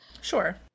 Sure